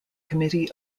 committee